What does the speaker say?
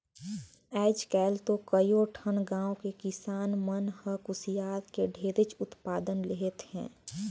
आयज काल तो कयो ठन गाँव के किसान मन ह कुसियार के ढेरेच उत्पादन लेहत हे